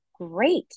Great